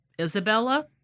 Isabella